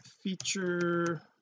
feature